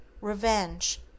REVENGE